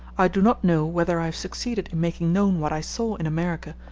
i do not know whether i have succeeded in making known what i saw in america,